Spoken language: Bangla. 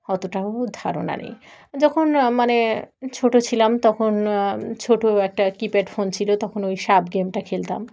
অতটাও ধারণা নেই যখন মানে ছোটো ছিলাম তখন ছোটো একটা কিপ্যাড ফোন ছিল তখন ওই সাপ গেমটা খেলতাম